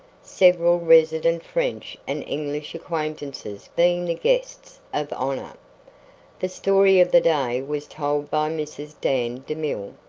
several resident french and english acquaintances being the guests of honor. the story of the day was told by mrs. dan demille,